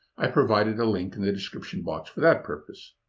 i've provided a link in the description box for that purpose.